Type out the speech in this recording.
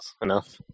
enough